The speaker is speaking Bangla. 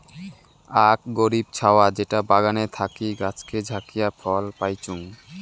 আক গরীব ছাওয়া যেটা বাগানে থাকি গাছকে ঝাকিয়ে ফল পাইচুঙ